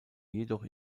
jedoch